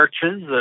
churches